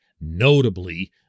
notably